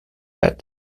that